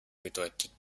bedeutet